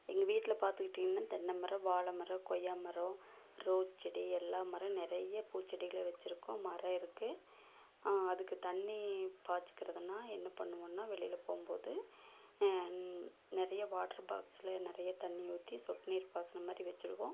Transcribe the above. எங்கள் வீட்டில் பார்த்துக்கிட்டீங்ன்னா தென்னை மரம் வாழை மரம் கொய்யா மரம் ரோஸ் செடி எல்லா மரோ நிறைய பூ செடிகள் வச்சுருக்கோம் மர இருக்குது அதுக்கு தண்ணீ பாய்ச்சிக்கறதுனா என்ன பண்ணுவோனா வெளியில் போகும் போது நிறைய வாட்ரு பாக்ஸில் நிறைய தண்ணீயை ஊற்றி சொட் நீர் பாசனம் மாதிரி வச்சுருக்கோம்